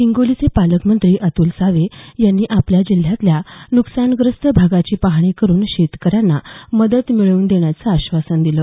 हिंगोलीचे पालकमंत्री अत्ल सावे यांनी आपल्या जिल्ह्यातल्या नुकसानग्रस्त भागाची पाहणी करून शेतकऱ्यांना मदत मिळवून देण्याचं आश्वासन दिलं